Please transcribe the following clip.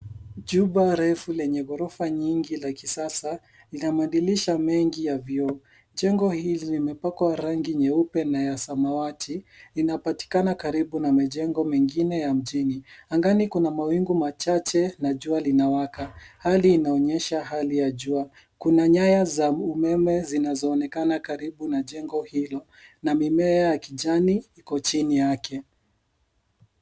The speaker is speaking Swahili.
Jumba refu lenye ghorofa nyingi la kisasa, lina madirisha mengi ya vioo. Jengo hili limepakwa rangi nyeupe na ya samawati. Inapatikana karibu na majengo mengine ya mjini. Angani kuna mawingu machache na jua linawaka. Hali inaonyesha hali ya jua. Kuna nyaya za umeme zinazoonekana karibu na jengo hilo, na mimea ya kijani iko chini yake.